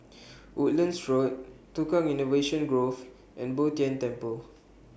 Woodlands Road Tukang Innovation Grove and Bo Tien Temple